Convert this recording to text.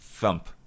thump